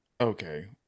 Okay